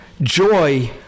joy